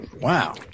Wow